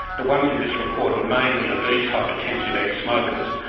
the ones in this report were mainly obese, hypertensive ex-smokers.